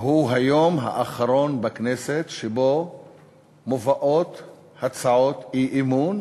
הוא היום האחרון בכנסת שבו מובאות הצעות אי-אמון,